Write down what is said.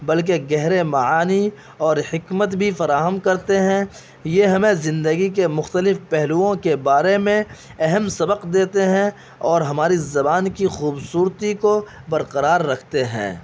بلکہ گہرے معانی اور حکمت بھی فراہم کرتے ہیں یہ ہمیں زندگی کے مختلف پہلوؤں کے بارے میں اہم سبق دیتے ہیں اور ہماری زبان کی خوبصورتی کو برقرار رکھتے ہیں